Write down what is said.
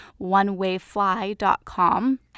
onewayfly.com